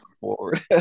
Forward